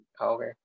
Okay